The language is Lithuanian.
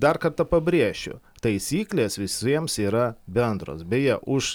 dar kartą pabrėšiu taisyklės visiems yra bendros beje už